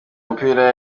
umupira